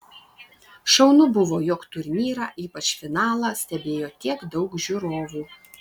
šaunu buvo jog turnyrą ypač finalą stebėjo tiek daug žiūrovų